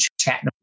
chatting